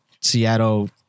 Seattle